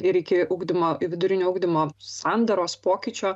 ir iki ugdymo vidurinio ugdymo sandaros pokyčio